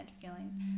Feeling